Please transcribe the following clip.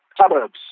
suburbs